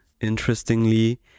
interestingly